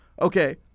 okay